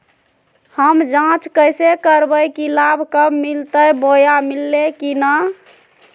हम जांच कैसे करबे की लाभ कब मिलते बोया मिल्ले की न?